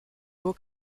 beau